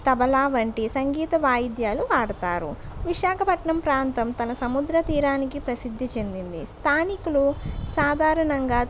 తబలా వంటి సంగీత వాయిద్యాలు వాడుతారు విశాఖపట్టణ ప్రాంతం తన సముద్ర తీరానికి ప్రసిద్ధి చెందింది స్థానికులు సాధారణంగా